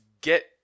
get